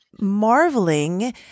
marveling